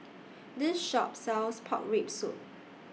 This Shop sells Pork Rib Soup